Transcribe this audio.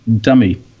dummy